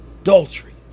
Adultery